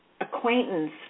acquaintance